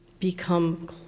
Become